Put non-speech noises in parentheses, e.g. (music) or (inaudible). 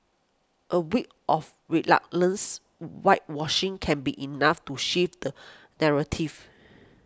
a week of (unintelligible) whitewashing can be enough to shift the narrative